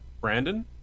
Brandon